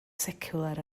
seciwlar